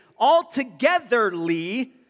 altogetherly